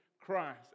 Christ